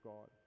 God